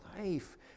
life